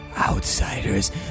Outsiders